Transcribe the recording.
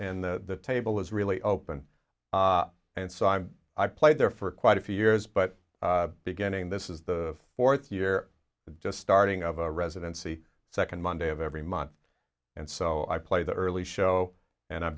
in the table is really open and so i'm i played there for quite a few years but beginning this is the fourth year just starting of a residency second monday of every month and so i play the early show and i'm